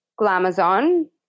Glamazon